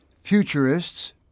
futurists